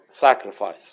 sacrifice